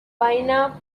vaina